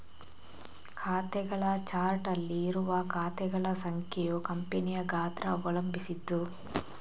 ಖಾತೆಗಳ ಚಾರ್ಟ್ ಅಲ್ಲಿ ಇರುವ ಖಾತೆಗಳ ಸಂಖ್ಯೆಯು ಕಂಪನಿಯ ಗಾತ್ರ ಅವಲಂಬಿಸಿದ್ದು